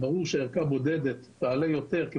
ברור שערכה של בדיקה בודדת תעלה יותר מערכה של 20 בדיקות,